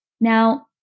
Now-